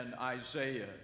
Isaiah